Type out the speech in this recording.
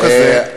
אוקיי?